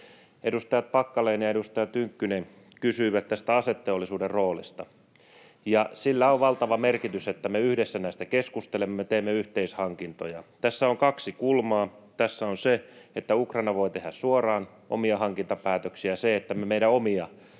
Edustaja Packalén ja edustaja Tynkkynen kysyivät tästä aseteollisuuden roolista. Sillä on valtava merkitys, että me yhdessä näistä keskustelemme, me teemme yhteishankintoja. Tässä on kaksi kulmaa: tässä on se, että Ukraina voi tehdä suoraan omia hankintapäätöksiä, ja se, että me meidän omia